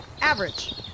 Average